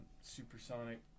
Supersonic